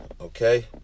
okay